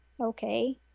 Okay